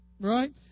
Right